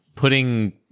putting